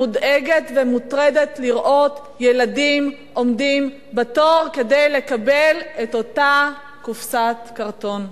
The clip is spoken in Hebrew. מודאגת ומוטרדת לראות ילדים עומדים בתור כדי לקבל את אותה קופסת קרטון.